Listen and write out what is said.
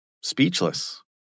speechless